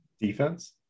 Defense